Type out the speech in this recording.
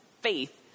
faith